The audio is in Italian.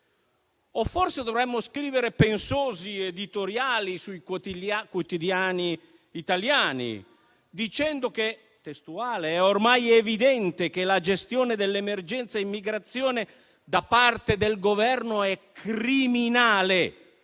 O forse dovremmo scrivere pensosi editoriali sui quotidiani italiani, dicendo che era ormai evidente che la gestione dell'emergenza immigrazione da parte del Governo era criminale